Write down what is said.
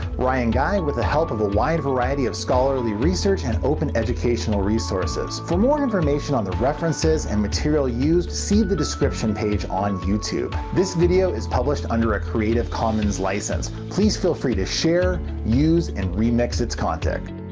ryan guy, with the help of a wide variety of scholarly research and open educational resources. for more information on the references and materials used, see the description page on youtube. this video is published under a creative commons license. please feel free to share, use, and remix its content.